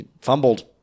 fumbled